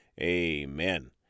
amen